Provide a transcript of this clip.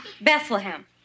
Bethlehem